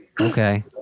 Okay